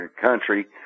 country